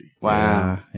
Wow